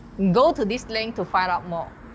go to this link to find out more.